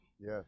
Yes